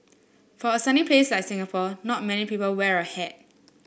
for a sunny place like Singapore not many people wear a hat